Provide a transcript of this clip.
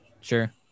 Sure